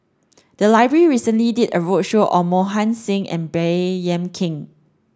the library recently did a roadshow on Mohan Singh and Baey Yam Keng